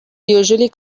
usually